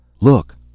Look